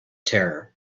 terror